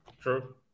True